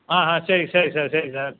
ஆ ஆ சரி சரி சார் சரி சார்